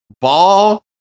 ball